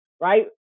Right